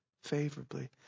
favorably